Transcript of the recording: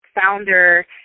founder